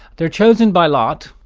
they're chosen by lot,